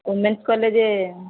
womens college